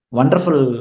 wonderful